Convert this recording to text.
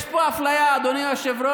יש פה אפליה, אדוני היושב-ראש.